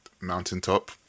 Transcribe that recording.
Mountaintop